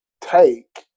take